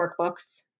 workbooks